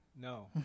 No